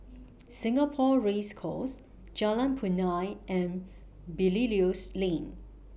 Singapore Race Course Jalan Punai and Belilios Lane